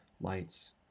lights